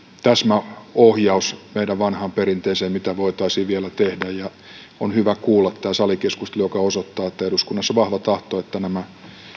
täsmäohjaus meidän vanhaan perinteeseen mitä voitaisiin vielä tehdä on hyvä kuulla tämä salikeskustelu joka osoittaa että eduskunnassa on vahva tahto että nämä